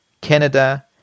Canada